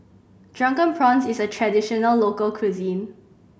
Drunken Prawns is a traditional local cuisine